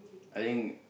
I think